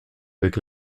avec